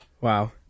Wow